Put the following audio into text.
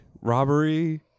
robbery